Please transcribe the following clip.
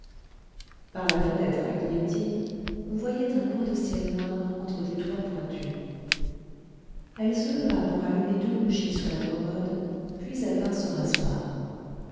par la fenêtre à guillotine on voyait un coin de ciel noir entre des toits pointus elle se leva pour allumer deux bougies sur la commode puis elle vint se